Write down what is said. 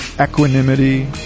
equanimity